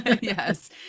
Yes